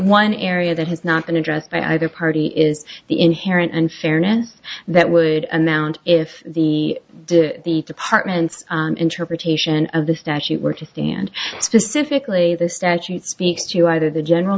one area that has not been addressed by either party is the inherent unfairness that would amount if the to the department's interpretation of the statute were to and specifically the statute speaks to either the general